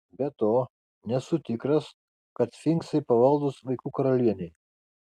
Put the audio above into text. be to nesu tikras kad sfinksai pavaldūs vaikų karalienei